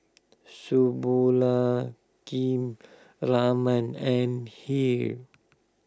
Raman and Hri